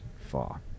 Far